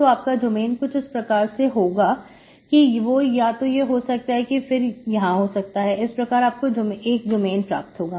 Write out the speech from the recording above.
तो आपका डोमेन कुछ इस प्रकार से होगा कि वह या तो यह हो सकता है या फिर यहां हो सकता है इस प्रकार आपको एक डोमेन प्राप्त होगा